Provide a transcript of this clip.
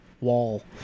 Wall